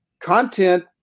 content